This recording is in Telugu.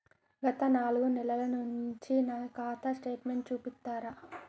గత నాలుగు నెలల నుంచి నా ఖాతా స్టేట్మెంట్ చూపిస్తరా?